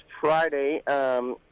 Friday